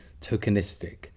tokenistic